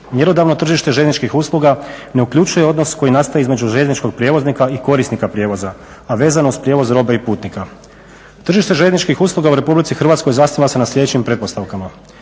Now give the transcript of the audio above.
Mjerodavno tržište željezničkih usluga ne uključuje odnos koji nastaje između željezničkog prijevoznika i korisnika prijevoza, a vezano uz prijevoz robe i putnika. Tržište željezničkih usluga u Republici Hrvatskoj zasniva se na sljedećim pretpostavkama